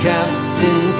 Captain